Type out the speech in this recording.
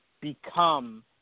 become